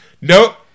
Nope